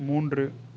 மூன்று